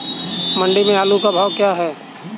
मंडी में आलू का भाव क्या है?